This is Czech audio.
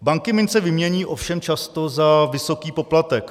Banky mince vymění, ovšem často za vysoký poplatek.